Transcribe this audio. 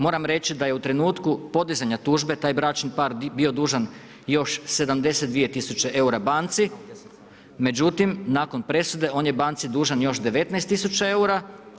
Moram reći da je u trenutku podizanja tužbe taj bračni par bio dužan još 72000 eura banci, međutim nakon presude on je banci dužan još 19000 eura.